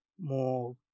more